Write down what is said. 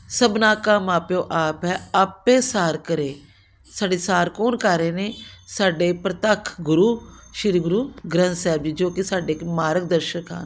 ਸਭਨਾ ਕਾ ਮਾਂ ਪਿਉ ਆਪ ਹੈ ਆਪੇ ਸਾਰ ਕਰੇ ਸਾਡੇ ਸਾਰ ਕੌਣ ਕਰ ਰਹੇ ਨੇ ਸਾਡੇ ਪ੍ਰਤੱਖ ਗੁਰੂ ਸ਼੍ਰੀ ਗੁਰੂ ਗ੍ਰੰਥ ਸਾਹਿਬ ਜੀ ਜੋ ਕਿ ਸਾਡੇ ਮਾਰਗ ਦਰਸ਼ਕ ਆ